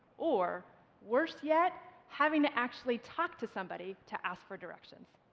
or worse yet, having to actually talk to somebody to ask for directions.